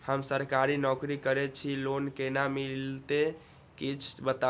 हम सरकारी नौकरी करै छी लोन केना मिलते कीछ बताबु?